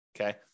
okay